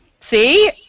See